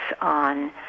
on